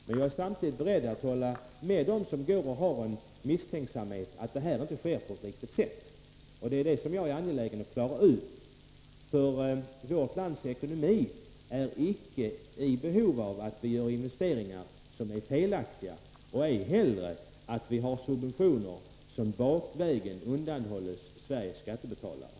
Samtidigt är jag beredd att hålla med dem som misstänker att det här inte sker på ett riktigt sätt. Det är detta som jag är angelägen om att få utklarat. Vårt lands ekonomi är icke i behov av investeringar som är felaktiga och ej heller av subventioner som bakvägen undanhålls Sveriges skattebetalare.